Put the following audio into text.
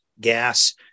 gas